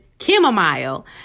chamomile